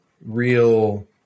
real